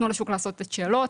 תנו לשוק לעשות את שלו,